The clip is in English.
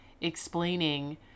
explaining